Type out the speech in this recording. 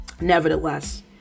Nevertheless